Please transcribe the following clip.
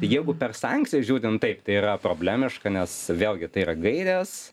jeigu per sankcijas žiūrint taip tai yra problemiška nes vėlgi tai yra gairės